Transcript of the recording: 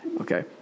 Okay